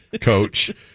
coach